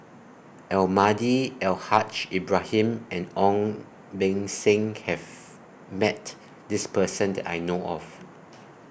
Almahdi Al Haj Ibrahim and Ong Beng Seng has Met This Person that I know of